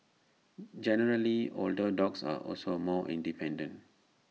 generally older dogs are also more independent